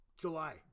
July